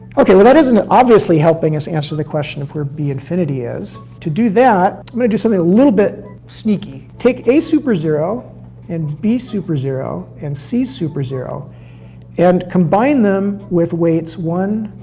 ok, well, that isn't obviously helping us answer the question of where b infinity is. to do that, i'm gonna do something a little bit sneaky. take a super zero and b super zero and c super zero and combine them with weights one,